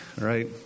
right